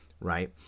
Right